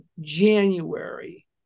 January